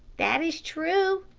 that is true,